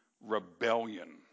rebellion